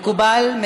מקובל?